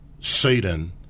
Satan